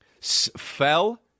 fell